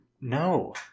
No